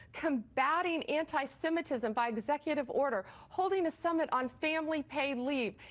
combating anti-semitism by executive order. holding a summit on family paid leave,